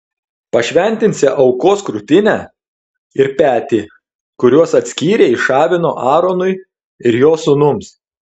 pašventinsi aukos krūtinę ir petį kuriuos atskyrei iš avino aaronui ir jo sūnums